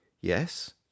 Yes